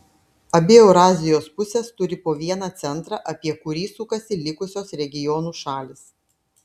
abi eurazijos pusės turi po vieną centrą apie kurį sukasi likusios regionų šalys